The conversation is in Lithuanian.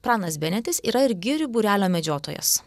pranas benetis yra ir girių būrelio medžiotojas